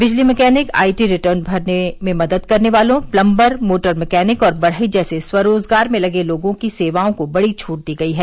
बिजली mechanic IT return भरने में मदद करने वालों प्लंबर मोटर मैकेनिक और बढ़ई जैसे स्वरोजगार में लगे लोगों की सेवाओं को बड़ी छूट दी गई है